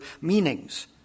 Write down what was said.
meanings